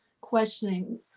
questioning